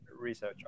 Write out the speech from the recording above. research